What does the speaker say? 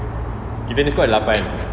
kitanya squad ada lapan